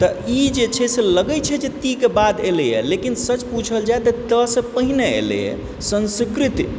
तऽ इ जे छै से लगै छै ति के बाद एलयए लेकिन सच पुछल जए तऽ तसँ हिने एलय संस्कृति